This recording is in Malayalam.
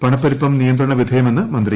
പണപ്പെരുപ്പം നിയന്ത്രണ വിധേയമെന്ന് മന്ത്രി